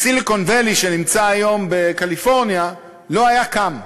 ה-Silicon Valley שנמצא היום בקליפורניה לא היה קם.